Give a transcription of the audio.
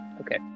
Okay